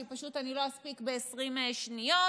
כי אני לא אספיק ב-20 שניות,